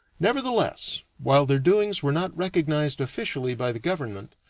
nevertheless, while their doings were not recognized officially by the government,